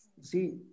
See